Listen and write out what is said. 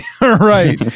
Right